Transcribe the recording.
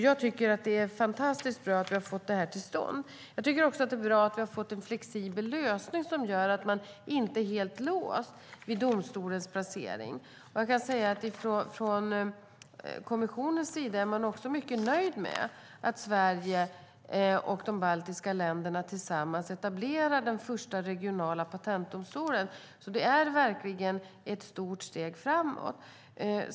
Jag tycker att det är fantastiskt bra att vi har fått detta till stånd. Jag tycker också att det är bra att vi har fått en flexibel lösning, som gör att man inte är helt låst vid domstolens placering. Från kommissionens sida är man mycket nöjd med att Sverige och de baltiska länderna tillsammans etablerar den första regionala patentdomstolen. Det är verkligen ett stort steg framåt.